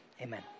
Amen